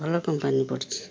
ଭଲ କମ୍ପାନୀ ପଡ଼ିଛି